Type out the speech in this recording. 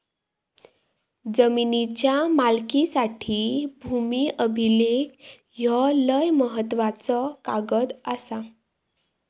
जमिनीच्या मालकीसाठी भूमी अभिलेख ह्यो लय महत्त्वाचो कागद आसा